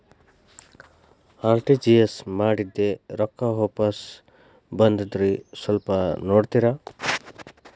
RTGS ಮಾಡಿದ್ದೆ ರೊಕ್ಕ ವಾಪಸ್ ಬಂದದ್ರಿ ಸ್ವಲ್ಪ ನೋಡ್ತೇರ?